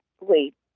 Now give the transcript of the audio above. wait